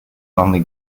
only